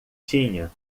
tinha